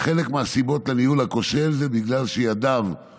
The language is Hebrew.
חלק מהסיבות לניהול הכושל זה בגלל שידיהם